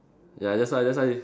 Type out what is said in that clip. ya that's why that's why